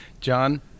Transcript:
John